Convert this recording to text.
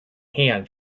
hand